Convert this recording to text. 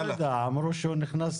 אמרו שהוא נכנס